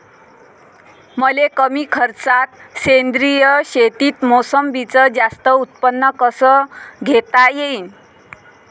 मले कमी खर्चात सेंद्रीय शेतीत मोसंबीचं जास्त उत्पन्न कस घेता येईन?